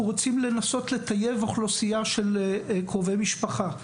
אנחנו רוצים לנסות לטייב אוכלוסייה של קרובי משפחה.